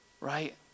right